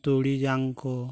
ᱛᱩᱲᱤ ᱡᱟᱝᱠᱚ